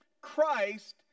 Christ